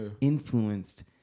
influenced